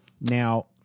Now